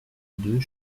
deux